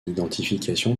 identification